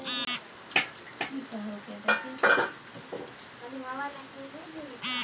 sheep shearing मे भेराक उनी चाम काटल जाइ छै